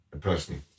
personally